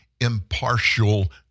impartial